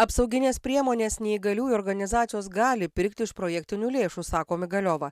apsaugines priemones neįgaliųjų organizacijos gali pirkti iš projektinių lėšų sako migaliova